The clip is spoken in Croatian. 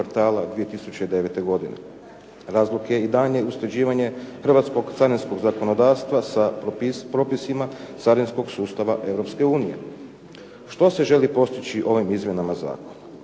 2009. godine. Razlog je i daljnje usklađivanje hrvatskog carinskog zakonodavstva sa propisima carinskog sustava Europske unije. Što se želi postići ovim izmjenama zakona?